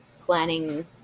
planning